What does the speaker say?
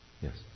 yes